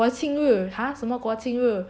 国庆日 !huh! 什么国庆日